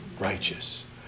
Righteous